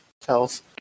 tells